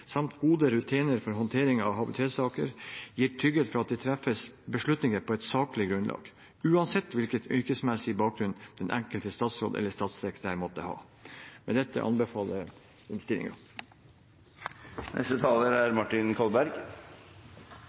samt gode rutiner for håndtering av habilitetssaker gir trygghet for at det treffes beslutninger på et saklig grunnlag, uansett hvilken yrkesmessig bakgrunn den enkelte statsråd eller statssekretær måtte ha. Med dette anbefaler